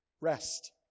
rest